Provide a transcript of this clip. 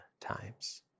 times